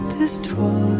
destroy